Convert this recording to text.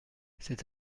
cet